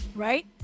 Right